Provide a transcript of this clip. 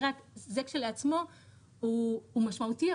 זה כשלעצמו הוא משמעותי,